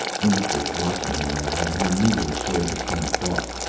rhes was watching him now, and he knew they shared the same thoughts.